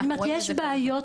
כלומר יש בעיות,